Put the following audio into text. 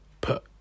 Put